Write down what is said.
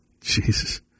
Jesus